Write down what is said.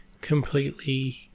completely